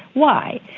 why?